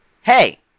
Hey